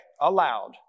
aloud